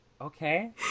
Okay